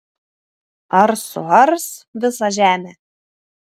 ar suars visą žemę